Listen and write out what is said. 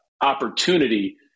opportunity